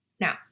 Now